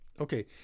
Okay